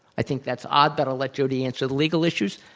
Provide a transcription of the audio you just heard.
i think that's i'd better let jody answer the legal issues.